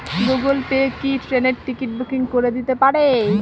Google Pay কি ট্রেনের ticket booking করে দিতে পারে?